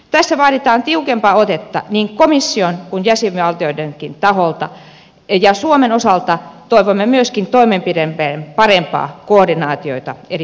tässä vaaditaan tiukempaa otetta niin komission kuin jäsenvaltioidenkin taholta ja suomen osalta toivomme myöskin toimenpiteiden parempaa koordinaatiota eri ministeriöissä